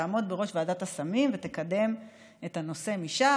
תעמוד בראש ועדת הסמים ותקדם את הנושא משם.